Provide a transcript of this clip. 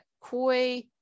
Koi